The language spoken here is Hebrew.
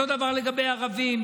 אותו הדבר לגבי ערבים,